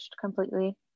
completely